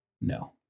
No